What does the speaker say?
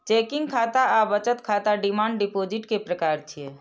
checking खाता आ बचत खाता डिमांड डिपोजिट के प्रकार छियै